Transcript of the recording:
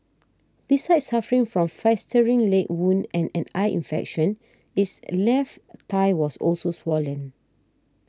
besides suffering from a festering leg wound and an eye infection its left thigh was also swollen